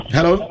Hello